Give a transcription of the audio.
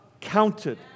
counted